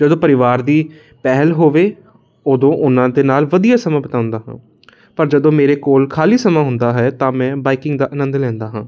ਜਦੋਂ ਪਰਿਵਾਰ ਦੀ ਪਹਿਲ ਹੋਵੇ ਉਦੋਂ ਉਹਨਾਂ ਦੇ ਨਾਲ ਵਧੀਆ ਸਮਾਂ ਬਤਾਉਂਦਾ ਹਾਂ ਪਰ ਜਦੋਂ ਮੇਰੇ ਕੋਲ ਖਾਲੀ ਸਮਾਂ ਹੁੰਦਾ ਹੈ ਤਾਂ ਮੈਂ ਬਾਈਕਿੰਗ ਦਾ ਅਨੰਦ ਲੈਂਦਾ ਹਾਂ